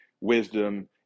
wisdom